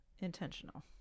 Intentional